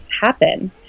happen